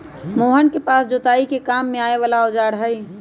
मोहन के पास जोताई के काम में आवे वाला औजार हई